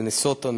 מינסוטה,